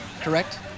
correct